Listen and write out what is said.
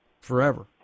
forever